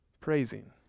praising